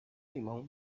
limão